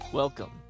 Welcome